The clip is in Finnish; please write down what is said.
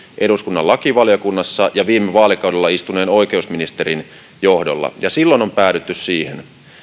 eduskunnan lakivaliokunnassa ja viime vaalikaudella istuneen oikeusministerin johdolla ja silloin on päädytty siihen